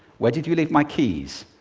where did you leave my keys?